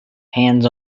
hands